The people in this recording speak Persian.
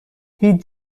هیچ